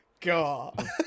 God